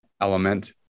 element